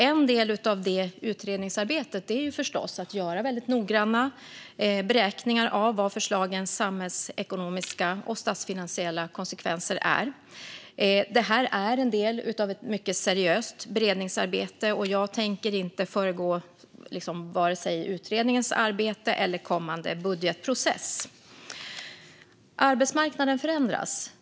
En del av det utredningsarbetet är förstås att göra väldigt noggranna beräkningar av vilka förslagens samhällsekonomiska och statsfinansiella konsekvenser är. Det här är en del av ett mycket seriöst beredningsarbete, och jag tänker inte föregripa vare sig utredningens arbete eller kommande budgetprocess. Arbetsmarknaden förändras.